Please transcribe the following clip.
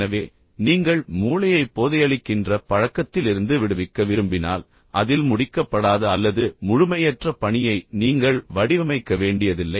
எனவே நீங்கள் மூளையை போதையளிக்கின்ற பழக்கத்திலிருந்து விடுவிக்க விரும்பினால் அதில் முடிக்கப்படாத அல்லது முழுமையற்ற பணியை நீங்கள் வடிவமைக்க வேண்டியதில்லை